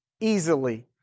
easily